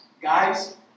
guys